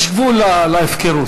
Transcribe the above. יש גבול להפקרות.